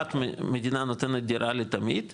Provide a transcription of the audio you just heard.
לאחת מדינה נותנת דירה לתמיד ולשנייה,